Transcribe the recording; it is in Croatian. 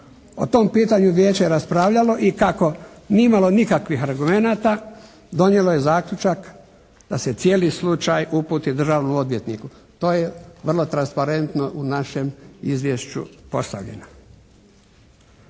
O tom pitanju Vijeće je raspravljalo i kako nije imalo nikakvih argumenata donijelo je zaključak da se cijeli slučaj uputi Državnom odvjetniku. To je vrlo transparentno u našem izvješću postavljeno.